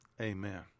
Amen